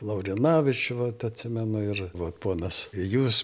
laurinavičių vat atsimenu ir va ponas jūs